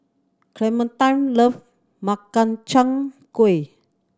Clementine love Makchang Gui